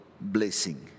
blessing